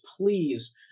please